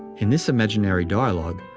in this imaginary dialogue,